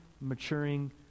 maturing